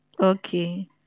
Okay